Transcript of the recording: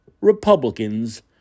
Republicans